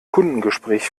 kundengespräch